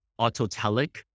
autotelic